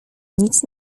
nic